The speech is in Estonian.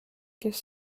kes